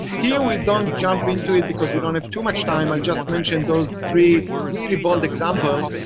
here we don't jump into it, because we don't have too much time. i'll just mention those three really bold examples.